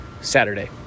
Saturday